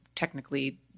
technically